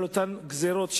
בגלל אותן גזירות,